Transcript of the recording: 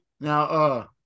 Now